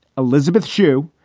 elizabeth shue,